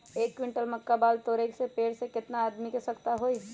एक क्विंटल मक्का बाल तोरे में पेड़ से केतना आदमी के आवश्कता होई?